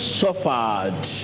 suffered